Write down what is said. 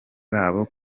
babo